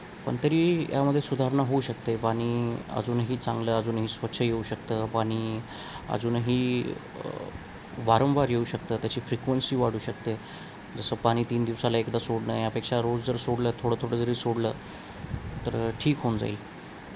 पण तरी यामध्ये सुधारणा होऊ शकते पाणी अजूनही चांगलं अजूनही स्वच्छ येऊ शकतं पाणी अजूनही वारंवार येऊ शकतं त्याची फ्रिक्वेन्सी वाढू शकते जसं पाणी तीन दिवसाला एकदा सोडणं यापेक्षा रोज जर सोडलं थोडं थोडं जरी सोडलं तर ठीक होऊन जाईल